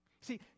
See